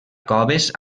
coves